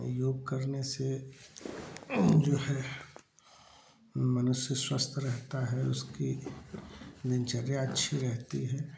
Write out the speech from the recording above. योग करने से जो है मनुष्य स्वस्थ रहता है उसकी दिनचर्या अच्छी रहती है